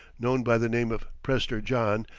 known by the name of prester john,